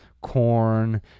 corn